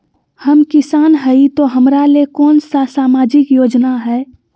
हम किसान हई तो हमरा ले कोन सा सामाजिक योजना है?